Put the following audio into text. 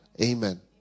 Amen